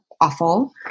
awful